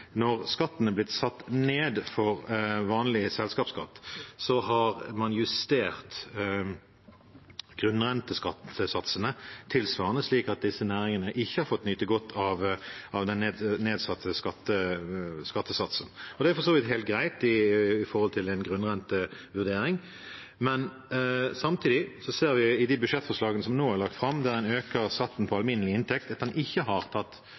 når skattene er blitt satt ned for vanlig selskapsskatt, har man justert kun renteskattesatsene tilsvarende, slik at disse næringene ikke har fått nyte godt av den nedsatte skattesatsen. Det er for så vidt helt greit med hensyn til en grunnrentevurdering, men samtidig ser vi i de budsjettforslagene som nå er lagt fram, der en øker skatten på alminnelig inntekt, at en ikke har tatt